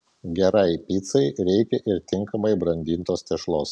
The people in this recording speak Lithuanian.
gerai picai reikia ir tinkamai brandintos tešlos